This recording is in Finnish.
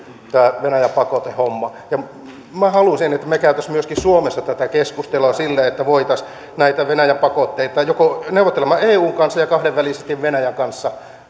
tämä venäjä pakotehomma ihan reilu minä haluaisin että me kävisimme myöskin suomessa tätä keskustelua sillä tavalla että voitaisiin näitä venäjä pakotteita neuvottelemalla eun kanssa ja kahdenvälisesti venäjän kanssa